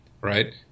right